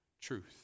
Truth